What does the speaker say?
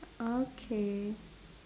okay